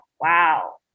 wow